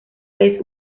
vez